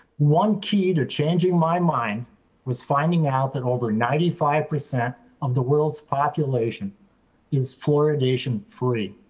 one key to changing my mind was finding out that over ninety five percent of the world's population is fluoridation free.